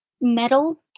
metal